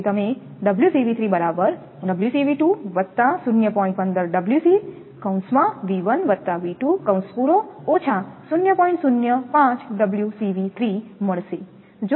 તેથી તમે મળશે